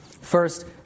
First